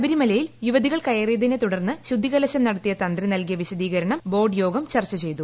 ശബരിമലയിൽ യുവതികൾ കയറിയതിനെ തുടർന്ന് ശുദ്ധികലശം നടത്തിയ തന്ത്രി നൽകിയ വിശദീകരണം ബോർഡ് യോഗം ചർച്ച ചെയ്തു